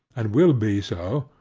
and will be so,